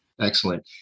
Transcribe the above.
Excellent